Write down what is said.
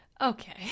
Okay